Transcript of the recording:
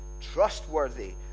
trustworthy